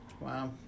Wow